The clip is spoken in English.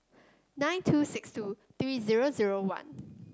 nine two six two three zero zero one